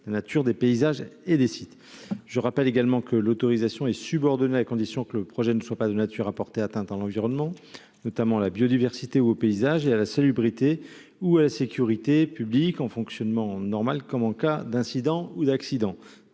la nature, des paysages et des sites. Je rappelle également que l'autorisation est subordonnée à la condition que le projet ne soit pas de nature à porter atteinte à l'environnement, notamment à la biodiversité ou aux paysages et à la salubrité ou à la sécurité publiques, en fonctionnement normal comme en cas d'incident ou d'accident.